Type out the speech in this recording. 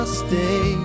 stay